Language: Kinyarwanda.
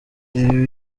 ibi